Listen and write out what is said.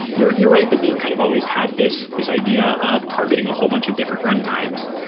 you're you're right that beam kind of always had this this idea of targeting a whole bunch of different runtimes,